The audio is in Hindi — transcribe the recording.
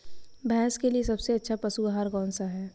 भैंस के लिए सबसे अच्छा पशु आहार कौनसा है?